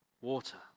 water